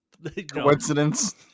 Coincidence